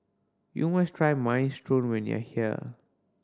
you must try Minestrone when you are here